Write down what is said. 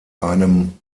einem